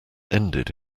ended